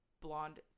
blonde